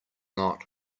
not